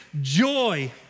joy